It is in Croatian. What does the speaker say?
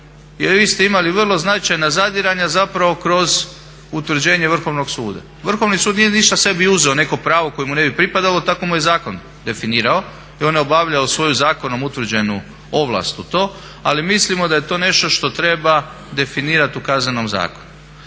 jer vi ste imali vrlo značajna zadiranja kroz utvrđenje Vrhovnog suda. Vrhovni sud nije sebi ništa uzeo neko pravo koje mu ne bi pripadalo, tako mu je zakon definirao i on je obavljalo svoju zakonom utvrđenu ovlast u to, ali mislimo da je to nešto što treba definirati u Kaznenom zakonu.